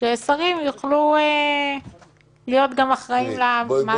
ששרים יוכלו גם להיות אחראים למעשים שלהם.